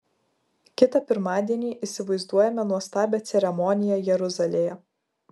kitą pirmadienį įsivaizduojame nuostabią ceremoniją jeruzalėje